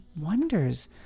wonders